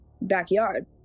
backyard